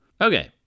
Okay